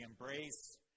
embrace